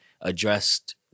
addressed